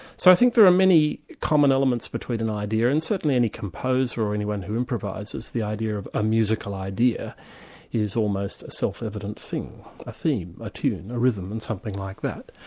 so i think there are many common elements between an idea, and certainly any composer or anyone who improvises, the idea of a musical idea is almost a self-evident thing, a theme, a tune, a rhythm, and something like that.